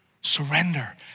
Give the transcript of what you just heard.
Surrender